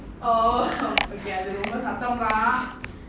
okay அது ரொம்ப சத்தம் தான்:adhu romba satham thaan